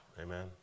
Amen